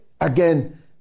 again